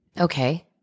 Okay